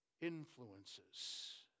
influences